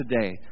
today